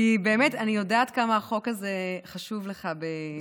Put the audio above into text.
כי באמת אני יודעת כמה החוק הזה חשוב לך באופן אישי,